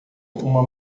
uma